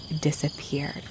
disappeared